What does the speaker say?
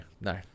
no